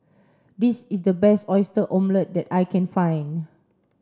this is the best oyster omelette that I can find